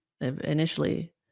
initially